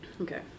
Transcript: Okay